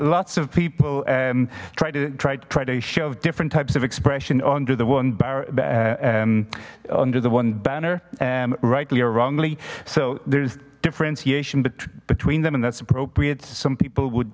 lots of people and try to try to try to shove different types of expression under the one under the one banner and rightly or wrongly so there's differentiation but between them and that's appropriate some people would